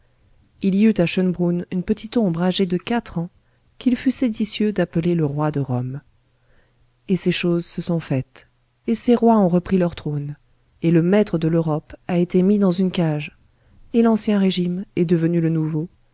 il y eut à schoenbrunn une petite ombre âgée de quatre ans qu'il fut séditieux d'appeler le roi de rome et ces choses se sont faites et ces rois ont repris leurs trônes et le maître de l'europe a été mis dans une cage et l'ancien régime est devenu le nouveau